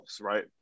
right